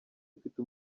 mfite